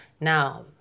Now